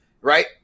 right